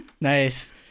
Nice